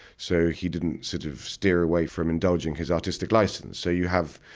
so, he didn't sort of steer away from indulging his artistic license. so you have,